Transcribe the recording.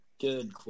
good